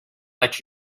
let